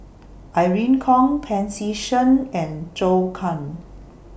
Irene Khong Pancy Seng and Zhou Can